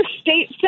state